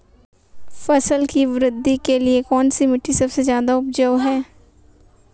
फसल की वृद्धि के लिए कौनसी मिट्टी सबसे ज्यादा उपजाऊ है?